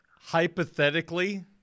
hypothetically